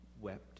wept